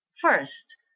First